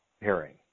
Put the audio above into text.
hearing